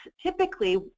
typically